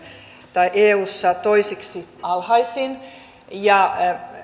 tai eussa toiseksi alhaisin